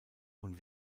und